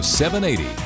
780